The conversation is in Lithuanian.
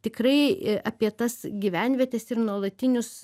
tikrai apie tas gyvenvietes ir nuolatinius